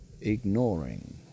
ignoring